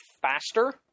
faster